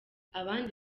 abandi